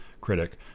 critic